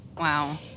Wow